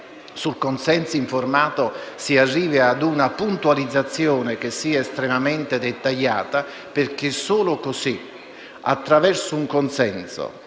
sul consenso informato si arrivi a una puntualizzazione che sia estremamente dettagliata perché solo così, attraverso un consenso